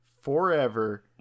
forever